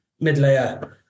mid-layer